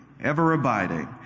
ever-abiding